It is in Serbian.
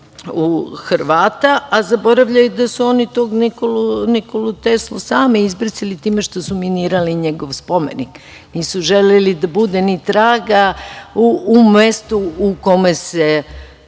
u Hrvata, a zaboravljaju da su oni tog Nikolu Teslu sami izbrisali time što su minirali njegov spomenik. Nisu želeli da bude ni traga u mestu u kome se